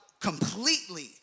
completely